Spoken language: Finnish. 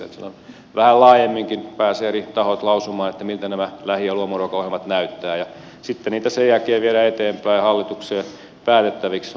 siellä vähän laajemminkin pääsevät eri tahot lausumaan miltä nämä lähi ja luomuruokaohjelmat näyttävät ja sitten niitä sen jälkeen viedään eteenpäin hallituksen päätettäviksi